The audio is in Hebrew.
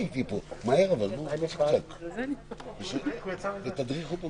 לכן יש חשיבות גדולה לפתיחת כל